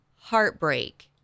heartbreak